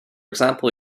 example